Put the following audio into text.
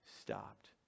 stopped